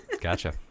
Gotcha